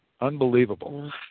Unbelievable